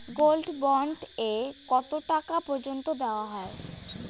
Gold bond এ কতো টাকা পর্যন্ত দেওয়া হয়?